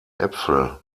äpfel